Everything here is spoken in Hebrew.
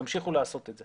ימשיכו לעשות את זה.